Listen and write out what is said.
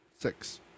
Six